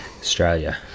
Australia